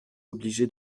obligé